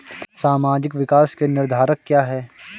सामाजिक विकास के निर्धारक क्या है?